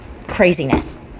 craziness